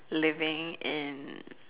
living in